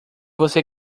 você